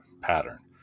pattern